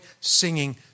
singing